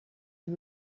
and